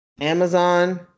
Amazon